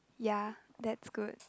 ya that's good